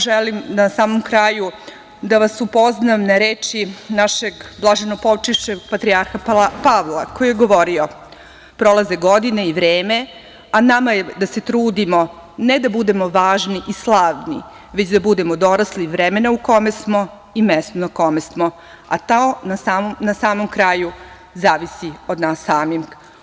Želim na samom kraju da vas upoznam sa rečima našeg blaženopočivšeg patrijarha Pavla koji je govorio – prolaze godine i vreme, a nama je da se trudimo, ne da budemo važni i slavni, već da budemo dorasli vremena u kome smo i mestu na kome smo, a to na samom kraju zavisi od nas samih.